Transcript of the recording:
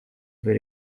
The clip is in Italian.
per